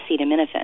acetaminophen